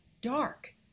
dark